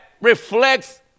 reflects